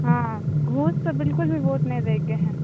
हाँ घूससँ बिलकुल भी वोट नहि दयके हय